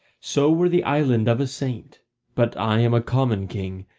so were the island of a saint but i am a common king,